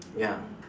ya